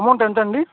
amount ఎంత అండి